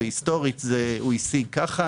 היסטורית הוא השיג ככה.